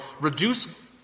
reduce